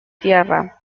tierra